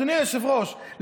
אדוני היושב-ראש,